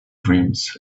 dreams